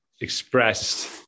expressed